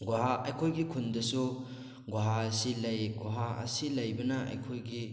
ꯒꯨꯍꯥ ꯑꯩꯈꯣꯏꯒꯤ ꯈꯨꯟꯗꯁꯨ ꯒꯨꯍꯥ ꯑꯁꯤ ꯂꯩ ꯒꯨꯍꯥ ꯑꯁꯤ ꯂꯩꯕꯅ ꯑꯩꯈꯣꯏꯒꯤ